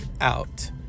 out